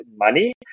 money